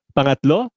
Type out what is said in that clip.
Pangatlo